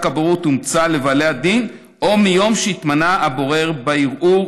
הבוררות הומצא לבעלי הדין או מיום שהתמנה הבורר בערעור,